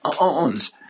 owns